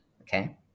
Okay